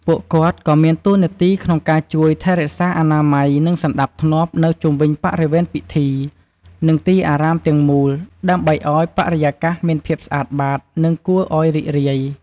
តួនាទីដូចជាការជួយសម្អាតចានឆ្នាំង បន្ទាប់ពីការទទួលទាន ឬការរៀបចំមុនការទទួលទាន។